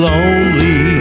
Lonely